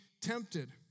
tempted